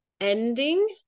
ending